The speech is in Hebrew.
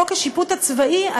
חוק השיפוט הצבאי,